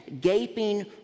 gaping